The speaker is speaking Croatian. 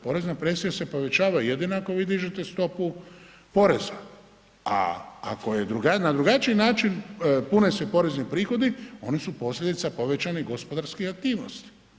Porezna presija se povećava jedino ako vi dižete stopu poreza a ako je na drugačiji način pune se porezni prihodi, oni su posljedica povećanih gospodarskih aktivnosti.